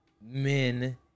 men